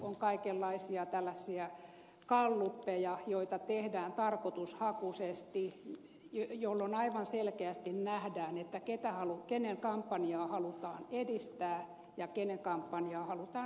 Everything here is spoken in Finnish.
on kaikenlaisia tällaisia gallupeja joita tehdään tarkoitushakuisesti jolloin aivan selkeästi nähdään kenen kampanjaa halutaan edistää ja kenen kampanjaa halutaan hankaloittaa